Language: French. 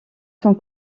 sont